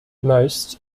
most